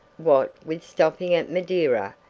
what with stopping at madeira,